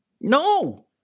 No